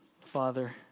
Father